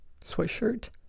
Sweatshirt